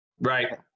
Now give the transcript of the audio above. Right